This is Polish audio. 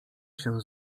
się